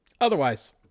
Otherwise